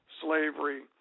slavery